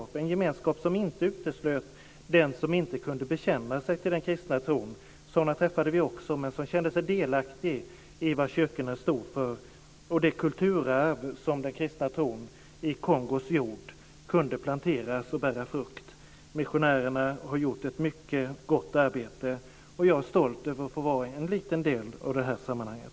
Det var en gemenskap som inte uteslöt den som inte kunde bekänna sig till den kristna tron. Sådana personer träffade vi också. Men de kände sig delaktiga i vad kyrkorna stod för och det kulturarv som den kristna tron i Kongos jord planterat och som kunnat bära frukt. Missionärerna har gjort ett mycket gott arbete. Jag är stolt över att få vara en liten del av det sammanhanget.